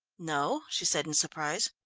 no, she said in surprise.